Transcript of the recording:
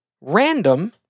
random